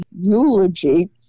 eulogy